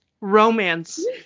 romance